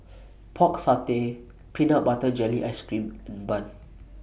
Pork Satay Peanut Butter Jelly Ice Cream and Bun